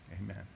Amen